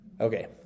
Okay